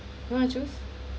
wanna choose